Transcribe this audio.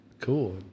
Cool